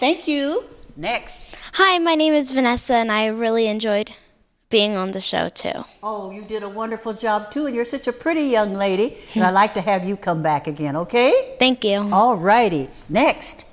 thank you next hi my name is vanessa and i really enjoyed being on the show to all of you did a wonderful job too and you're such a pretty young lady and i like to have you come back again ok thank you all righty ne